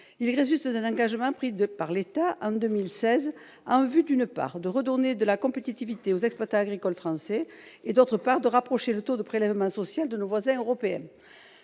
résulte d'un engagement pris par l'État en 2016 en vue, d'une part, de redonner de la compétitivité aux exploitants agricoles français et, d'autre part, de rapprocher le taux de prélèvement social de nos voisins européens.